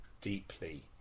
deeply